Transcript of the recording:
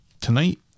tonight